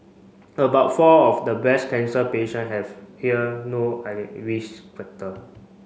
about four of the breast cancer patient have here no risk factor